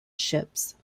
ships